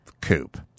coupe